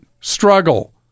struggle